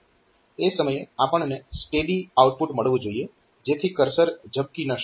એ સમયે આપણને steady output મળવું જોઈએ જેથી કર્સર ઝબકી ન શકે